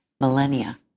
millennia